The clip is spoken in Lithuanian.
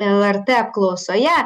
lrt apklausoje